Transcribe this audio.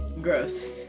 Gross